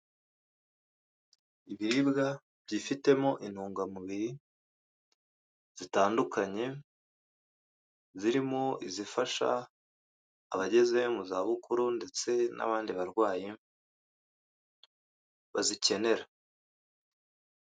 Ibiribwa byifitemo intungamubiri zitandukanye, zirimo izifasha abagezeyo mu za bukuru ndetse n'abandi barwayi bazikenera.